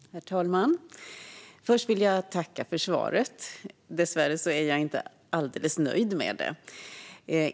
Herr talman! Först vill jag tacka för svaret. Dessvärre är jag inte alldeles nöjd med det.